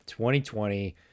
2020